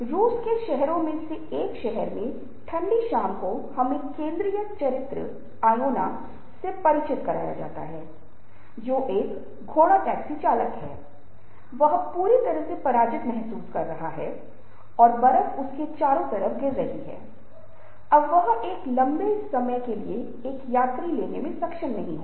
ऐसा नहीं है कि जो भी मुझे उचित लगता है वह अंतिम चीज है जिसे हमें महसूस करना होगा हमें कार्य शैली को समझना होगा हमें कुछ चीजों को करने के लिए लोगों को साथ लेकर चलना होगा